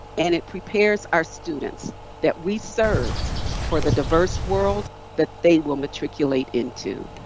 and it prepares our students that we serve for the diverse world that they will matriculate into.